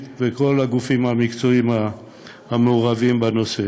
וכל הגופים המקצועיים המעורבים בנושא.